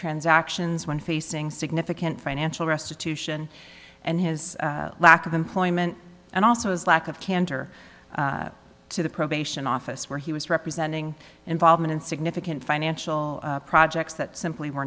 transactions when facing significant financial restitution and his lack of employment and also his lack of candor to the probation office where he was representing involvement in significant financial projects that simply